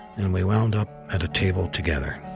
and we wound up at a table together.